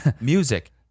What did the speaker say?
Music